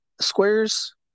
squares